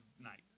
night